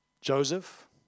Joseph